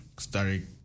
started